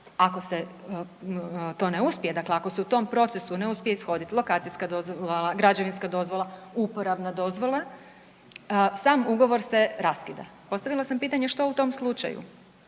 Ako se to ne uspije, dakle ako se u tom procesu ne uspije ishodit lokacijska dozvola, građevinska dozvola, uporabna dozvola sam ugovor se raskida. Postavila sam pitanje što u tom slučaju